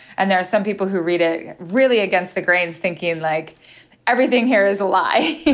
and there are some people who read it really against the grain thinking like everything here is a lie.